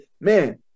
man